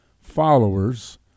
followers